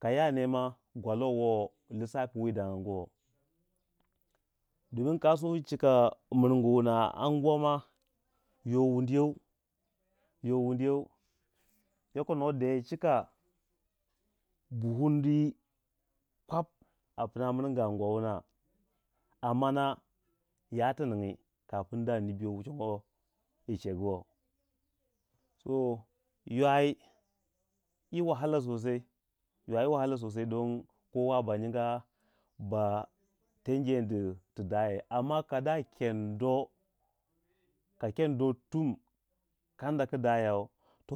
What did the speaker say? Ka yane ma gwalo wo lissafi wu wo no dangangu wo, dingin ka suwi chika mirgu wuna anguwa ma yo wundu you yoko nuwa de chika buhundi kwap a pna mirgu anguwa wuna ammana ya tu ningi kapn da nibiyo wu chongo yi chegu wo, to ywai yi wahala sosai yi wahala sosai dong kowa ba nyinga ba ten jeendi tu daya amma ken do ka kendotum kanda ku dayau